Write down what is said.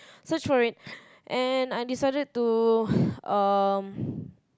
search for it and I decided to um